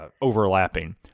overlapping